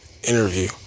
interview